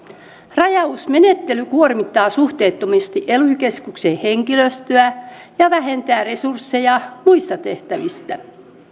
rajausmenettely kuormittaa suhteettomasti ely keskuksen henkilöstöä ja vähentää resursseja muista tehtävistä